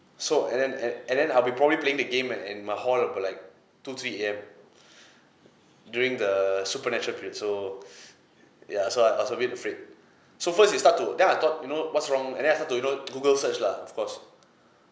so and then and and then I'll be probably playing the game in my hall about like two three A_M during the supernatural period so ya so I was a bit afraid so first it start to then I thought you know what's wrong and then I start to you know google search lah of course